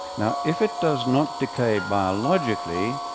now, if it does not decay biologically,